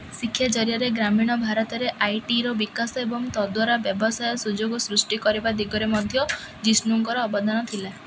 ଶିକ୍ଷା ଜରିଆରେ ଗ୍ରାମୀଣ ଭାରତରେ ଆଇଟିର ବିକାଶ ଏବଂ ତଦ୍ଦ୍ୱାରା ବ୍ୟବସାୟ ସୁଯୋଗ ସୃଷ୍ଟି କରିବା ଦିଗରେ ମଧ୍ୟ ଜିଷ୍ଣୁଙ୍କର ଅବଦାନ ଥିଲା